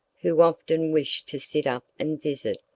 who often wished to sit up and visit,